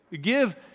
Give